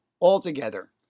altogether